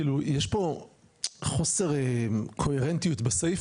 יש פה חוסר קוהרנטיות בסעיף,